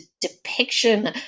depiction